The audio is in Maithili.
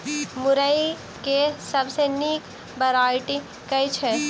मुरई केँ सबसँ निक वैरायटी केँ छै?